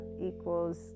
equals